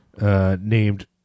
Named